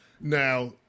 now